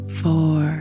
four